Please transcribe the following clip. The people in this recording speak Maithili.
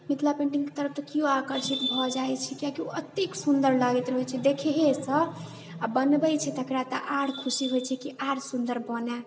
मिथिला पेंटिङ्गके तरफ तऽ केओ आकर्षित भए जाइत छै किआकि ओ एतेक सुंदर लागैत रहैत छै देखहेसँ आ बनबै छै तेकरा तऽ आर खुशी होइत छै आर सुंदर बनए